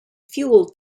fuel